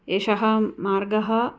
एषः मार्गः